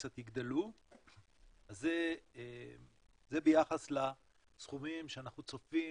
קצת יגדלו, אז זה ביחס לסכומים שאנחנו צופים